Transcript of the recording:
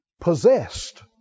possessed